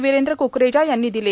वीरेंद्र कुकरेजा यांनी दिले